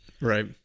Right